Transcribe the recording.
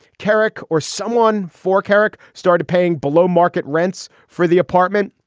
kerik or someone for kerik started paying below market rents for the apartment.